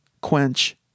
quench